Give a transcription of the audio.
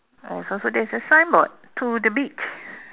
and also there is the signboard to the beach